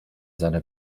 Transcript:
seiner